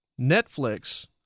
Netflix